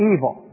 Evil